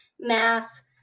Mass